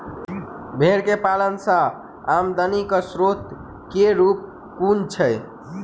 भेंर केँ पालन सँ आमदनी केँ स्रोत केँ रूप कुन छैय?